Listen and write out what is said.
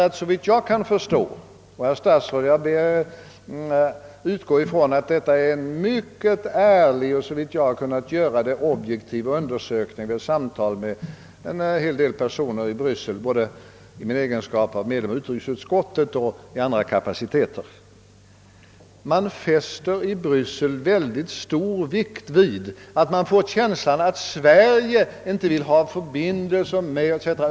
Ty såvitt jag förstår — och jag ber Er, herr statsråd, att utgå från att detta är en mycket ärlig undersökning, som jag så objektivt som möjligt sökt göra vid samtal med ett flertal personer i Bryssel i min egenskap av medlem av utrikesutskottet och i andra kapaciteter — fäster man i Bryssel mycket stor vikt vid att man får känslan inte att Sverige »önskar ha förbindelser med» etc.